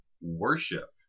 worship